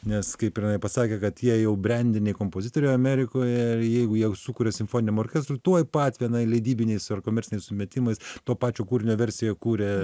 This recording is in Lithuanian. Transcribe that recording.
nes kaip ir pasakė kad jei jau brendiniai kompozitoriai amerikoje jeigu jau sukuria simfoniniam orkestrui tuoj pat vienai leidybiniais ar komerciniais sumetimais to pačio kūrinio versiją kuria